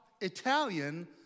Italian